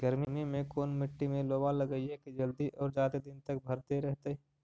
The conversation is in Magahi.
गर्मी में कोन मट्टी में लोबा लगियै कि जल्दी और जादे दिन तक भरतै रहतै?